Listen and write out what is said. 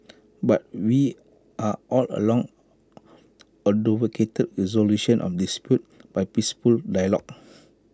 but we are all along advocated resolution of disputes by peaceful dialogue